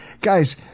Guys